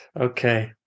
Okay